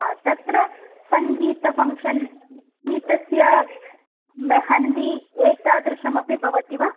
हा तत्र संगीत फ़ङ्क्षन् गीतस्य मेहन्दि एतादृशमपि भवति वा